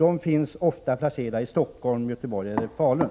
Oftast är de placerade i Stockholm, Göteborg eller Falun.